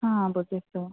অঁ বুজিছোঁ